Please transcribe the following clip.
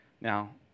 Now